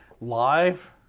live